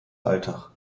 alltag